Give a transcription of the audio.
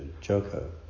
Joko